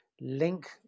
link